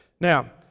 now